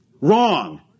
Wrong